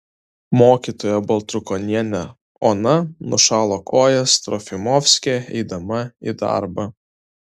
mokytoja baltrukonienė ona nušalo kojas trofimovske eidama į darbą